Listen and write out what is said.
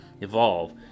evolve